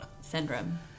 syndrome